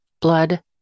blood